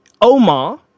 omar